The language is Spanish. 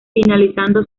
finalizando